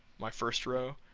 my first row,